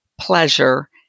pleasure